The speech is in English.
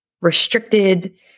restricted